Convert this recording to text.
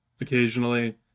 occasionally